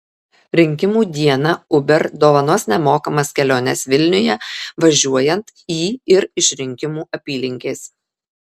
rinkimų dieną uber dovanos nemokamas keliones vilniuje važiuojant į ir iš rinkimų apylinkės